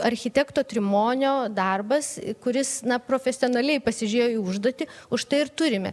architekto trimonio darbas kuris na profesionaliai pasižiūrėjo į užduotį užtai ir turime